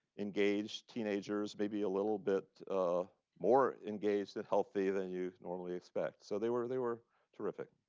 engaged teenagers, maybe a little bit more engaged and healthy than you'd normally expect. so they were they were terrific.